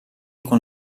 con